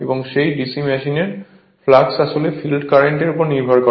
এবং সেই DC machine flux আসলে ফিল্ড কারেন্টের উপর নির্ভর করে